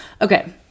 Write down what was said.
Okay